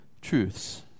truths